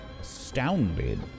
astounded